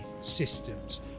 systems